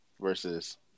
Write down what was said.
versus